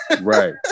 Right